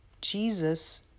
Jesus